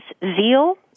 zeal